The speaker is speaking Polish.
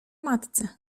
matce